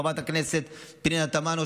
הינה חברת הכנסת פנינה תמנו,